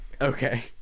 Okay